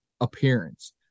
appearance